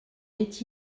est